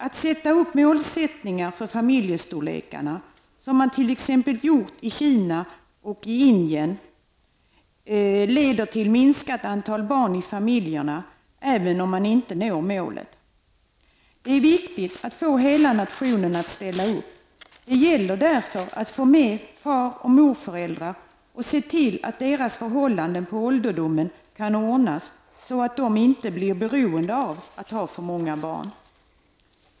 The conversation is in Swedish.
Att sätta upp mål för familjestorlekarna, som man t.ex. har gjort i Kina och Indien, leder till minskat antal barn i familjerna, även om man inte når målet. Det är viktigt att få hela nationen att ställa upp. Det gäller därför att få med far och morföräldrar och se till att deras förhållanden på ålderdomen kan ordnas, så att de inte blir beroende av att ha för många barn.